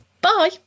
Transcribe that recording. bye